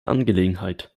angelegenheit